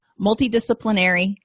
multidisciplinary